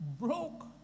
broke